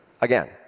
Again